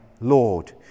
Lord